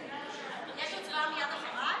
יש הצבעה מייד אחרי?